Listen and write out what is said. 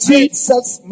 Jesus